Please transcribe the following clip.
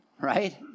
right